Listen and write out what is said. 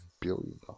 billion